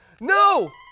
No